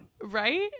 right